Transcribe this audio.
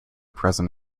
present